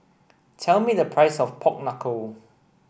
tell me the price of pork knuckle